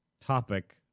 topic